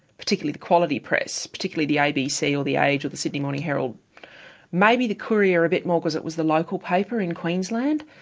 particularly the quality press, particularly the abc or the age or the sydney morning herald-maybe the courier a bit more because it was the local paper in queensland-but